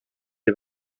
est